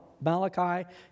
Malachi